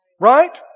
Right